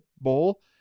bowl—